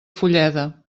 fulleda